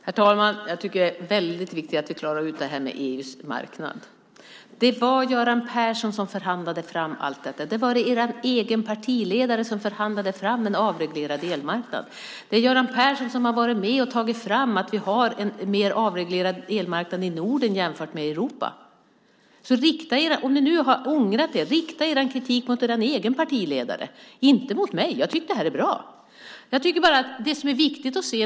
Herr talman! Det är viktigt att vi klarar ut detta med EU:s marknad. Det var Göran Persson som förhandlade fram allt detta. Det var er egen partiledare som förhandlade fram en avreglerad elmarknad. Det är Göran Persson som har varit med och tagit fram detta så att vi har en mer avreglerad elmarknad i Norden jämfört med övriga Europa. Har ni ångrat er så rikta er kritik mot er egen partiledare, inte mot mig. Jag tycker att det här är bra.